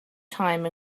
time